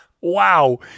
Wow